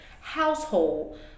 household